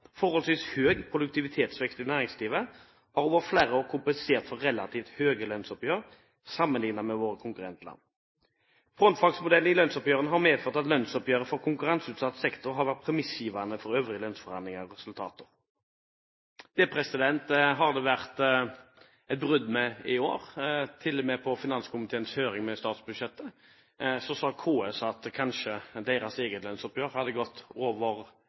Forholdsvis høy produktivitetsvekst i næringslivet har over flere år kompensert for relativt høye lønnsoppgjør sammenlignet med våre konkurrentland. Frontfagsmodellen i lønnsoppgjørene har medført at lønnsoppgjøret for konkurranseutsatt sektor har vært premissgivende for øvrige lønnsforhandlinger og resultater. Det har det vært et brudd med i år. Til og med på finanskomiteens høring om statsbudsjettet sa KS at deres eget lønnsoppgjør kanskje hadde gått over